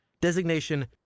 Designation